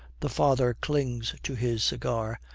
the father clings to his cigar,